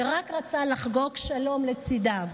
שרק רצה לחגוג שלום לצידה,